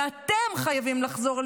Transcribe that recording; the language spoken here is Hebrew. ואתם חייבים לחזור,